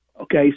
Okay